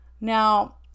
Now